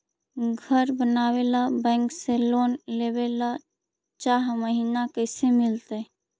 घर बनावे ल बैंक से लोन लेवे ल चाह महिना कैसे मिलतई?